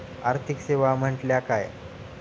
आर्थिक सेवा म्हटल्या काय?